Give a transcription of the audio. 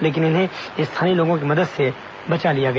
लेकिन इन्हें स्थानीय लोगों की मदद से बचा लिया गया